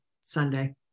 Sunday